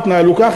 תתנהלו כך.